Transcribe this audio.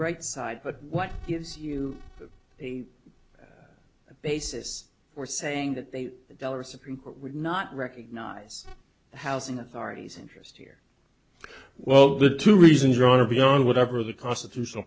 right side but what gives you a basis for saying that they are supreme court would not recognize housing authorities interest here well the two reasons your honor beyond whatever the constitutional